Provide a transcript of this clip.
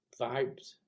Vibes